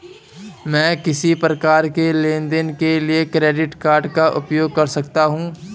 मैं किस प्रकार के लेनदेन के लिए क्रेडिट कार्ड का उपयोग कर सकता हूं?